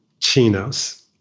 chinos